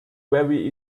very